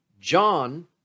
John